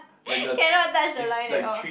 cannot touch the line at all